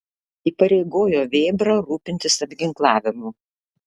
įpareigojo vėbrą rūpintis apginklavimu